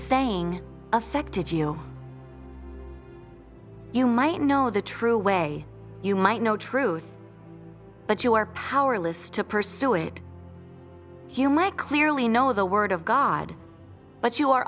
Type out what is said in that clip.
saying affected you you might know the true way you might know truth but you are powerless to pursue it you might clearly know the word of god but you are